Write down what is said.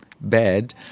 bad